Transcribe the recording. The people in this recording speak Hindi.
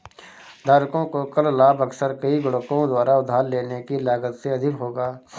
धारकों को कर लाभ अक्सर कई गुणकों द्वारा उधार लेने की लागत से अधिक होगा